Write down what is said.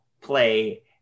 play